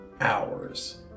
hours